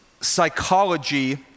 Psychology